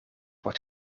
wordt